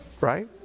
Right